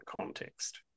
context